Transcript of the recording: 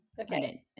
okay